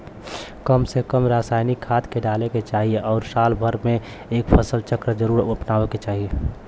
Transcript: कम से कम रासायनिक खाद के डाले के चाही आउर साल भर में एक फसल चक्र जरुर अपनावे के चाही